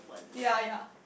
ya ya